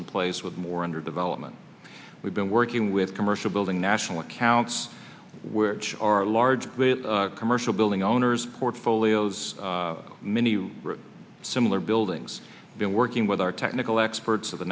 in place with more under development we've been working with commercial building national accounts which are large commercial building owners portfolios many similar buildings been working with our technical experts at the